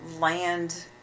land